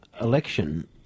election